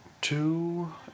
two